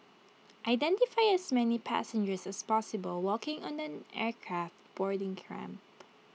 identify as many passengers as possible walking on an aircraft boarding ramp